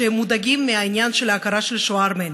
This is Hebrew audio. שמודאגים מהעניין של ההכרה של השואה הארמנית.